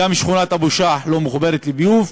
גם שכונת אבו-שאח לא מחוברת לביוב,